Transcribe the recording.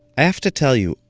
have to tell you,